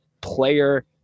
player